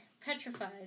petrified